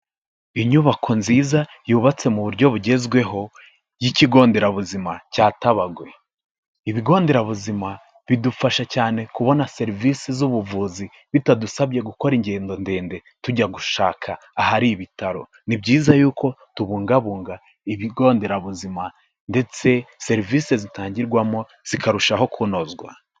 Inyubako nziza yubatse mu buryo bugezweho y'ikigo nderabuzima cya Tabagwe. Ibigo nderabuzima bidufasha cyane kubona serivisi z'ubuvuzi bitadusabye gukora ingendo ndende tujya gushaka ahari ibitaro, ni byiza yuko tubungabunga ibigo nderabuzima ndetse serivisi zitangirwamo zikarushaho kunozwa.